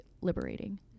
liberating